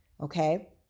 Okay